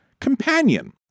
companion